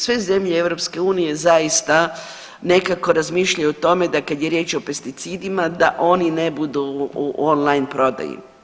Sve zemlje EU zaista nekako razmišljaju o tome da kada je riječ o pesticidima, da oni ne budu u on-line prodaji.